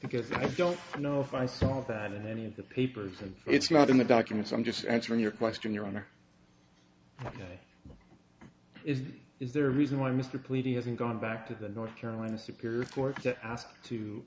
because i don't know if i saw that in any of the papers and it's not in the documents i'm just answering your question your honor is is there a reason why mr pleading hasn't gone back to the north carolina